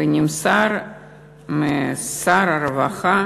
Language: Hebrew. ונמסר משר הרווחה